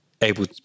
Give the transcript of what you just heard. able